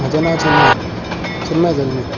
म्हाजे नांव चिन्मय चिन्मय जल्मी